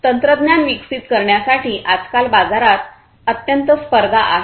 तंत्रज्ञान विकसित करण्यासाठी आजकाल बाजारात अत्यंत स्पर्धा आहे